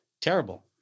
terrible